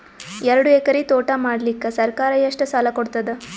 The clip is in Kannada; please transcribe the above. ಎರಡು ಎಕರಿ ತೋಟ ಮಾಡಲಿಕ್ಕ ಸರ್ಕಾರ ಎಷ್ಟ ಸಾಲ ಕೊಡತದ?